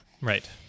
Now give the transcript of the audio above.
Right